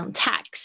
tax